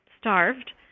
starved